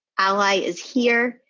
ally is here.